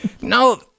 no